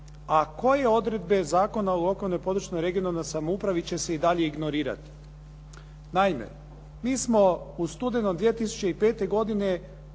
a koje odredbe Zakona o lokalnoj i područnoj (regionalnoj) samoupravi će se i dalje ignorirati. Naime, mi smo u studenom 2005. godine